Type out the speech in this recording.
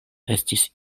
estis